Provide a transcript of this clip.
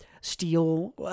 steal